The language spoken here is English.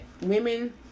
women